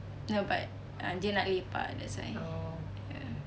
no but uh dia nak lepak that's why ya